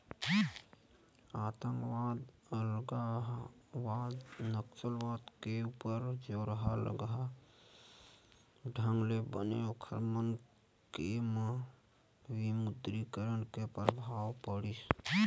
आंतकवाद, अलगावाद, नक्सलवाद के ऊपर जोरलगहा ढंग ले बने ओखर मन के म विमुद्रीकरन के परभाव पड़िस